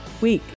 week